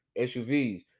SUVs